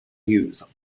use